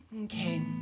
Okay